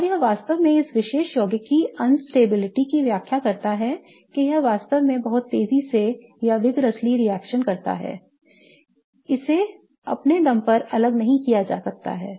और यह वास्तव में इस विशेष यौगिक की अस्थिरता की व्याख्या करता है कि यह वास्तव में बहुत तेजी से रिएक्शन करता है इसे अपने दम पर अलग नहीं किया जा सकता है